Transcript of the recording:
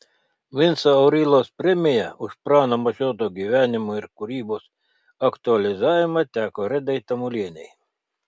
vinco aurylos premija už prano mašioto gyvenimo ir kūrybos aktualizavimą teko redai tamulienei